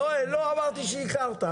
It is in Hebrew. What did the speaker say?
לא אמרתי שאיחרת,